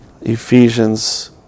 Ephesians